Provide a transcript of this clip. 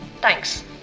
Thanks